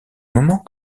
moment